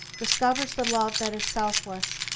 discovers the love that is selfless,